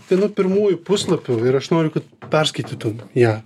viena pirmųjų puslapių ir aš noriu kad perskaitytum ją